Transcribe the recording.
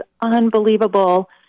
unbelievable